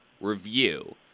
review